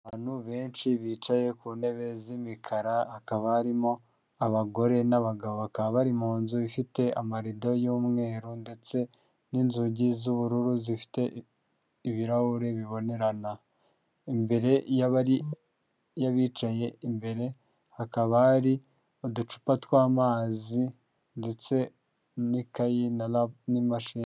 Abantu benshi bicaye ku ntebe z'imikara, hakaba harimo abagore n'abagabo bakaba bari mu nzu ifite amarido y'umweru, ndetse n'inzugi z'ubururu zifite ibirahuri bibonerana, imbere y'abicaye imbere hakaba hari uducupa tw'amazi ndetse n'ikayi n'imashini.